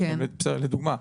לדוגמה,